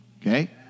Okay